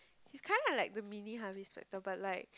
he's kind of like the mini Harvey-Specter but like